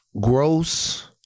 gross